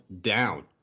down